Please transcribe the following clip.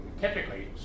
typically